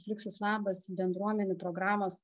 fluksus labas bendruomenių programos